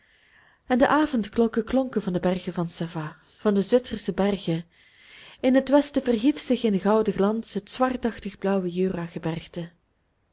en de avondklokken klonken van de bergen van savoye van de zwitsersche bergen in het westen verhief zich in den gouden glans het zwartachtig blauwe